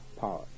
power